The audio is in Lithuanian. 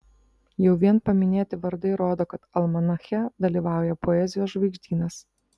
jau vien paminėti vardai rodo kad almanache dalyvauja poezijos žvaigždynas